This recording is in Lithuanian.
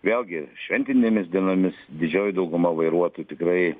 vėlgi šventinėmis dienomis didžioji dauguma vairuotojų tikrai